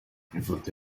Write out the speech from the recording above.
ifoto